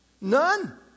None